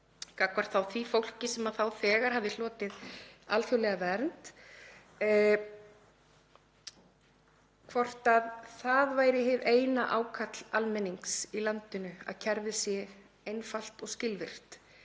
gagnvart því fólki sem þá þegar hafði hlotið alþjóðlega vernd, hvort það væri hið eina ákall almennings í landinu að kerfið væri einfalt og skilvirkt